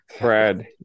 Brad